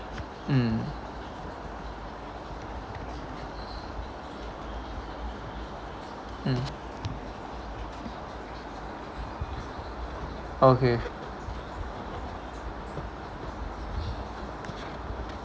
mmhmm okay